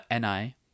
NI